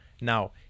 Now